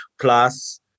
Plus